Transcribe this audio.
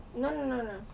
no no no no